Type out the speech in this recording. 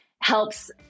helps